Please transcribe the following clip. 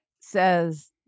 says